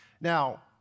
Now